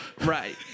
right